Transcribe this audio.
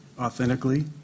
authentically